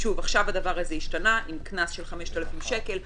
שוב, עכשיו הדבר הזה השתנה עם קנס של 5,000 שקל.